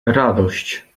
radość